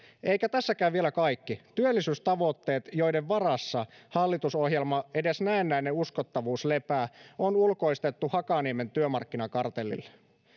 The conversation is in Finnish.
eikä tässäkään vielä kaikki työllisyystavoitteet joiden varassa hallitusohjelman edes näennäinen uskottavuus lepää on ulkoistettu hakaniemen työmarkkinakartellille